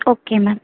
okay ma'am